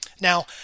Now